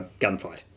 gunfight